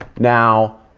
now,